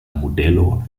modelo